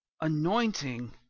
Anointing